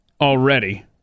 already